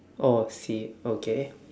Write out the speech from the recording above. orh see okay